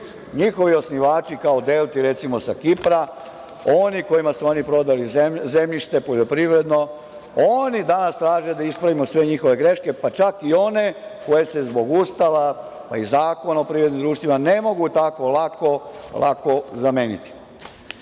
njihovi osnivači kao Delti, recimo, sa Kipra, oni kojima su oni prodali poljoprivredno zemljište, oni danas traže da ispravimo sve njihove greške, pa čak i one koje se zbog Ustava i Zakona o privrednim društvima ne mogu tako lako